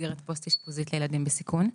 מסגרת פוסט-אשפוזית לילדים בסיכון.